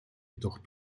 jedoch